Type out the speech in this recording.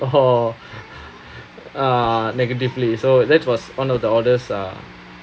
or uh negatively so that was one of the oddest uh